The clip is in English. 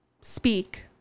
speak